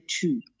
two